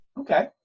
Okay